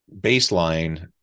Baseline